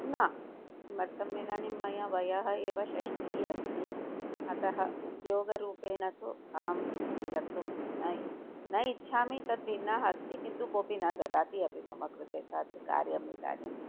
न किमर्थम् इदानीं मया वयः एव षष्टिः अस्ति अतः उद्योगरूपेण तु अहं स्वीकर्तुं न न इच्छामि तद्भिन्नाः अस्ति किन्तु कोऽपि न ददाति अपि मम कृते तत् कार्यम् इदानीम्